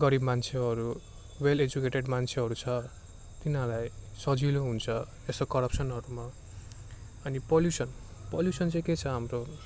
गरीब मान्छेहरू well educated मान्छेहरू छ तिनीहरूलाई सजिलो हुन्छ यसो करप्सनहरूमा अनि पोलुसन पोलुसन चाहिँ के छ हाम्रो